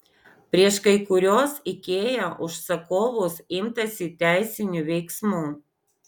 prieš kai kuriuos ikea užsakovus imtasi teisinių veiksmų